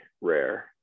rare